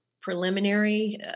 preliminary